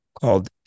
called